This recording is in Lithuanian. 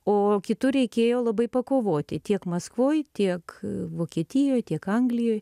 o kitur reikėjo labai pakovoti tiek maskvoj tiek vokietijoj tiek anglijoj